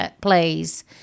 plays